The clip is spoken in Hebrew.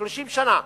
30 שנה.